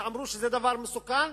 שאמרו שזה דבר מסוכן,